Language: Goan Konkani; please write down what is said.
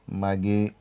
मागीर